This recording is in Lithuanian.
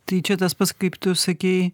tai čia tas pats kaip tu sakei